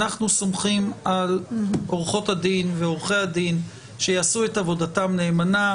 אנחנו סומכים על עורכות הדין ועורכי הדין שיעשו את עבודתם נאמנה,